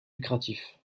lucratif